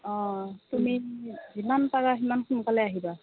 অ তুমি যিমান পাৰা সিমান সোনকালে আহিবা